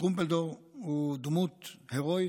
טרומפלדור הוא דמות הירואית,